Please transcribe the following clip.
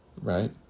right